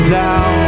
down